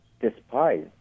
despise